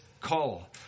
call